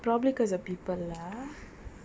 probably because of people lah